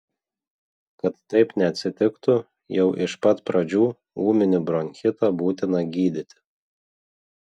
kad taip neatsitiktų jau iš pat pradžių ūminį bronchitą būtina gydyti